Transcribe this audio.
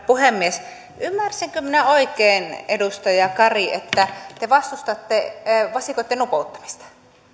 puhemies ymmärsinkö minä oikein edustaja kari että te vastustatte vasikoitten nupouttamista